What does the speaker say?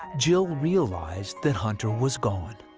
jill realized that hunter was gone.